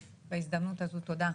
אז בהזדמנות הזאת תודה.